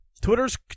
Twitter's